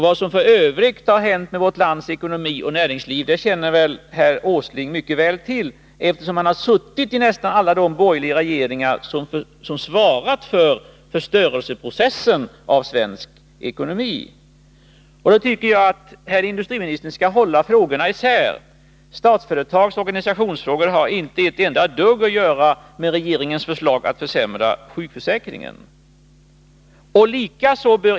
Vad som f. ö. har hänt med vårt lands ekonomi och näringsliv känner väl herr Åsling mycket väl till, eftersom han har suttit i nästan alla de borgerliga regeringar som gjort sig skyldiga till förstörelseprocesser när det gäller svensk ekonomi. Jag tycker att industriministern skall hålla isär frågorna. Statsföretags organisationsfrågor har inte ett dugg att göra med regeringens förslag att försämra sjukförsäkringen.